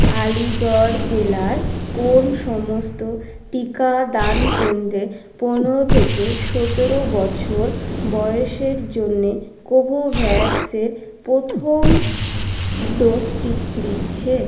আলিগড় জেলায় কোন সমস্ত টিকাদান কেন্দ্রে পনেরো থেকে সতেরো বছর বয়সের জন্যে কোভোভ্যাক্সের প্রথম ডোজটি দিচ্ছে